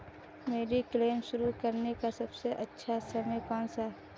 Mediclaim शुरू करने का सबसे अच्छा समय कौनसा है?